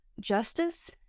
justice